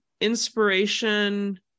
inspiration